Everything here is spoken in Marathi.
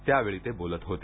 त्यावेळी ते बोलत होते